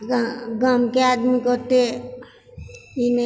ग गामके आदमी कऽ ओते ई नहि